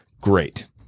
Great